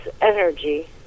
energy